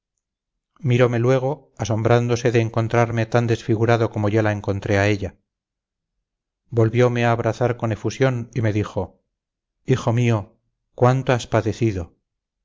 mirome luego asombrándose de encontrarme tan desfigurado como yo la encontré a ella volviome a abrazar con efusión y me dijo hijo mío cuánto has padecido